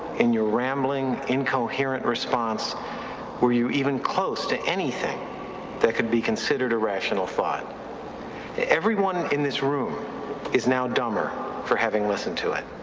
in your rambling, incoherent response were you even close to anything that could be considered a rational thought everyone in this room is now dumber for having listened to it